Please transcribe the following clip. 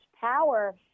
power